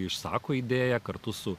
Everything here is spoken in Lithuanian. išsako idėją kartu su